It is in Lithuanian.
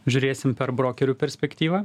žiūrėsim per brokerių perspektyvą